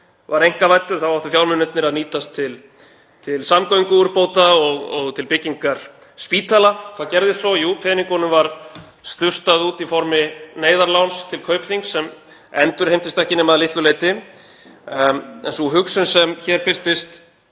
var einkavæddur áttu fjármunirnir að nýtast til samgönguúrbóta og til byggingar spítala. Hvað gerðist svo? Jú, peningunum var sturtað út í formi neyðarláns til Kaupþings sem endurheimtist ekki nema að litlu leyti. En sú hugsun sem hér birtist